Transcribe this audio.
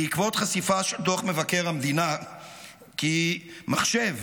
בעקבות חשיפה של דוח מבקר המדינה כי מחשב